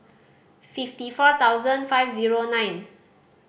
fifty four thousand five zero nine